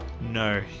No